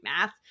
math